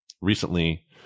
recently